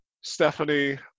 Stephanie